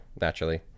naturally